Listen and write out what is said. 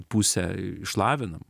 pusę išlavinam